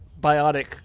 biotic